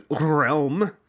realm